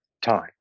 time